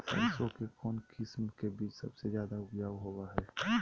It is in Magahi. सरसों के कौन किस्म के बीच सबसे ज्यादा उपजाऊ होबो हय?